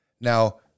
Now